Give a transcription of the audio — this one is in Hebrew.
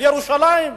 ירושלים?